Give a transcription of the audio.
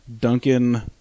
Duncan